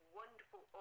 wonderful